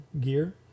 gear